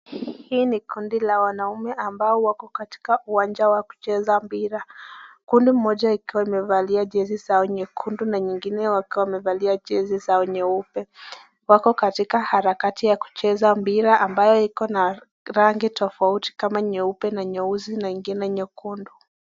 Hii ni kundi la wanaume ambao wako katika uwanja wa kucheza mpira. Kundi mmoja ikiwa imevalia jezi zao nyekundu na nyingine ikiwa wamevalia jezi zao nyeupe. Wako katika harakati ya kucheza mpira ambayo iko na rangi tofauti kama nyeupe na nyeusi na ingine nyekundu.